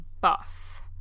buff